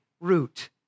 root